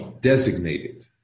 designated